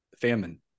Famine